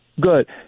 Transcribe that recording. Good